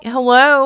Hello